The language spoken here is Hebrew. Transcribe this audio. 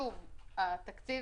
חסר תקציב,